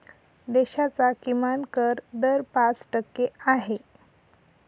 देशाचा किमान कर दर पाच टक्के आहे